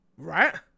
right